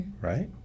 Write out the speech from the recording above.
right